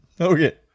Okay